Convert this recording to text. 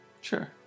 Sure